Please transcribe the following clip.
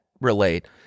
relate